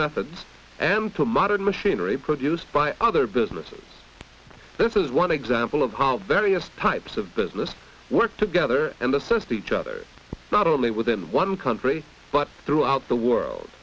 methods and to modern machinery produced by other businesses this is one example of how our various types of business work together and assist each other not only within one country but throughout the world